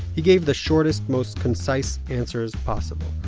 he gave the shortest, most concise answers possible.